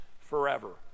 forever